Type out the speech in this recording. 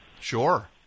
Sure